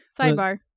sidebar